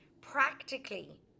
practically